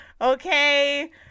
okay